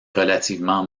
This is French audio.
relativement